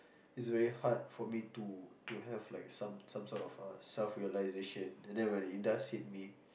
is very hard for me to to have some some sort of self realization and then when it does hit me